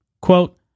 Quote